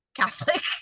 Catholic